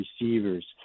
receivers